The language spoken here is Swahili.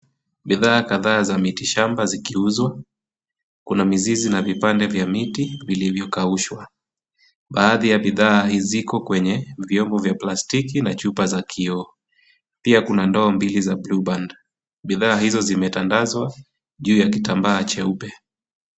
Bidhaa kadhaa za miti shamba zikiuzwa. Kuna mizizi na vipande vya miti vilivyokaushwa. Baadhi ya bidhaa ziko kwenye chupa ya plastiki na chupa ya kioo. Pia kuna ndoo mbili za BlueBand. Bidhaa hizo zimetandazwa juu ya kitambaa cheupe.